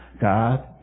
God